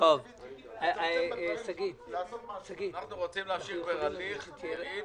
ספציפית --- אנחנו רוצים להמשיך בהליך יעיל,